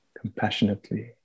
compassionately